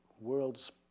world's